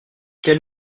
quel